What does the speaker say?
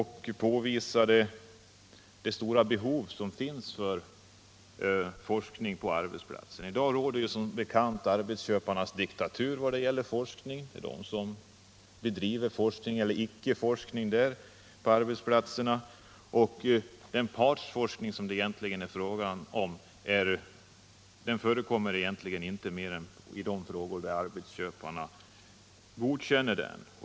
Han påvisade det stora behovet av forskning på arbetsplatserna. I dag råder som bekant arbetsköparnas diktatur när det gäller forskning. De bedriver forskningen. Den partsforskning som det egentligen är fråga om förekommer inte mer än i de frågor där arbetsköparen godkänner den.